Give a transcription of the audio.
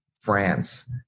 France